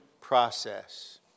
process